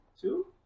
Two